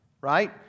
Right